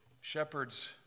shepherds